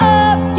up